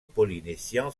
polynésien